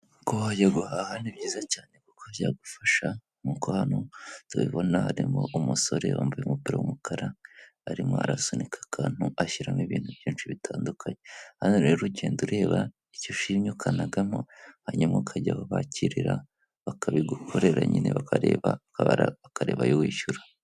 Kuba wajya guhaha ni byiza cyane kuko byagufasha nkuko hano tubibona harimo umusore wambaye umupira w'umukara arimo arasunika akantu ashyiramo ibintu byinshi bitandukanye hano rero ugenda ureba icyo ushimye ukanagamo hanyuma ukajya aho bakirira bakabigukorera nyine bakareba bakabara bakareba ayo wishyura.